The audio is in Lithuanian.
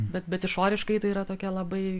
bet bet išoriškai tai yra tokia labai